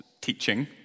teaching